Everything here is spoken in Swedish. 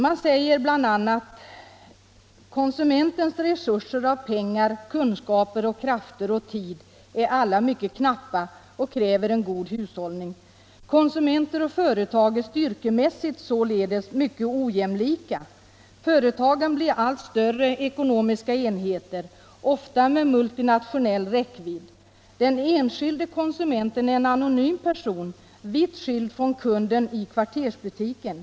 Man säger bl.a.: ”Konsumentens resurser av pengar, kunskaper, krafter och tid är alla mycket knappa och kräver god hushållning. Konsumenter och företag är styrkemässigt således mycket ojämlika. Företagen blir allt större ekonomiska enheter, ofta med multinationell räckvidd. Den enskilde konsumenten är en anonym person, vitt skild från kunden i kvartersbutiken.